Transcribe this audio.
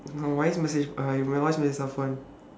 நான்:naan voice message I will voice messaged safan